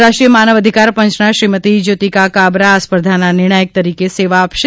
રાષ્ટ્રીય માનવ અધિકાર પંચના શ્રીમતી જયોતિકા કાબરા આ સ્પર્ધાના નિર્ણાયક તરીકે સેવા આપશે